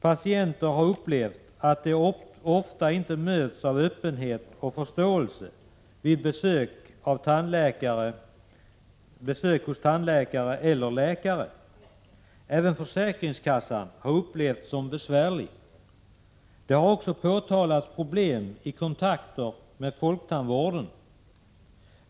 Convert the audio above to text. Patienter har upplevt att de inte möts av öppenhet och förståelse vid besök hos läkare eller tandläkare. Även försäkringskassan har upplevts som besvärlig. Det har också påtalats problem i kontakter med folktandvården.